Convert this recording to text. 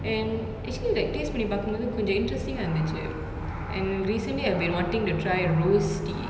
and actually like taste பன்னி பாக்கும்போது கொஞ்சோ:panni paakumpothu konjo interesting ah இருந்துச்சு:irunthuchu and recently I've been wanting to try rose tea